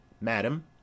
Madam